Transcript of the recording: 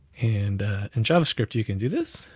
and in javascript you can do this.